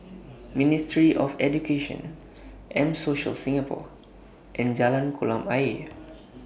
Ministry of Education M Social Singapore and Jalan Kolam Ayer